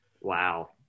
Wow